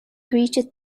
greeted